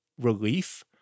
relief